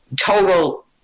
total